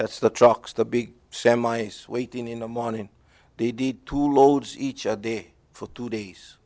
that's the trucks the big sam ice waiting in the morning they did two loads each other day for two days